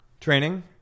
Training